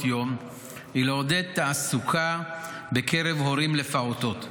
יום היא לעודד תעסוקה בקרב הורים לפעוטות.